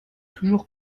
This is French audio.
toujours